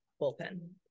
Bullpen